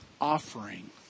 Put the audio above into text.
offering